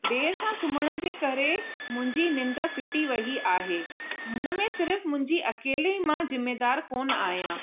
देरि सां सुम्हण जे करे मुंहिंजी निंड फिटी वई आहे हुनमें सिर्फ़ मुंहिंजी अकेली मां ज़िमेदार कोन आ्यांहि